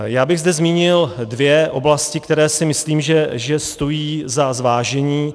Já bych zde zmínil dvě oblasti, které si myslím, že stojí za zvážení.